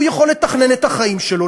הוא יכול לתכנן את החיים שלו,